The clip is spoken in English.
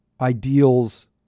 ideals